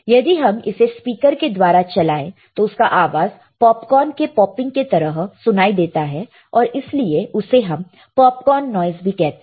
यदि हम इसे स्पीकर के द्वारा चलाएं तो उसका आवाज पॉपकॉर्न के पॉपिंग के तरह सुनाई देता है और इसीलिए उसे हम पॉपकॉर्न नॉइस भी कहते हैं